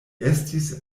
estis